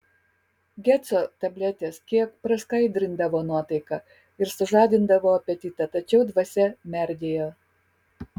geco tabletės kiek praskaidrindavo nuotaiką ir sužadindavo apetitą tačiau dvasia merdėjo